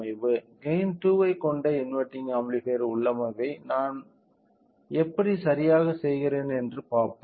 gain 2 ஐ கொண்ட inverting amplifier உள்ளமைவை நான் எப்படிச் சரியாகச் செய்கிறேன் என்று பார்ப்போம்